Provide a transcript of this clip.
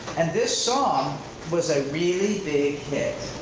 and this song was a really big hit.